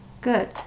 good